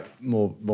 more